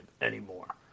anymore